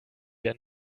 wir